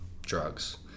drugs